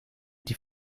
die